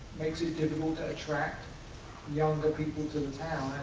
makes it difficult to attract younger people to the town,